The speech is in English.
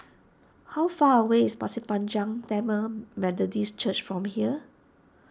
how far away is Pasir Panjang Tamil Methodist Church from here